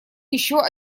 еще